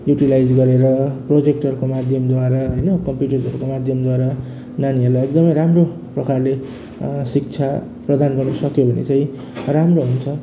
utilise गरेर प्रोजेक्टरको माध्यमद्वारा होइन कम्प्युटर्सहरूको माध्यमद्वारा नानीहरूलाई एकदमै राम्रो प्रकारले शिक्षा प्रदान गर्न सक्यो भने चाहिँ राम्रो हुन्छ